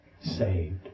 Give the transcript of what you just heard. Saved